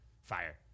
Fire